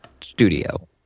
studio